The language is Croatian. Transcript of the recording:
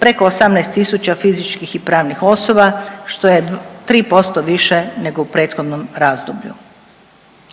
preko 18000 fizičkih i pravnih osoba što je tri posto više nego u prethodnom razdoblju.